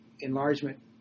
enlargement